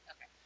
Okay